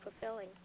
fulfilling